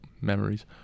memories